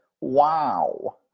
Wow